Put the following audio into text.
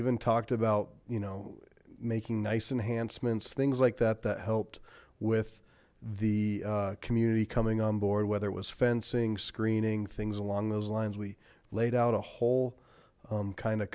even talked about you know making nice enhancements things like that that helped with the community coming on board whether it was fencing screening things along those lines we laid out a whole kind of